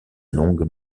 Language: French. longue